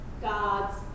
God's